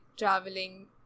Traveling